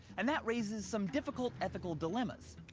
and that raises some difficult ethical dilemmas.